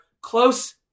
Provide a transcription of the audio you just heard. Close